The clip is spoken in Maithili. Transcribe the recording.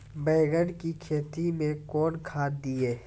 बैंगन की खेती मैं कौन खाद दिए?